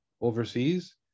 overseas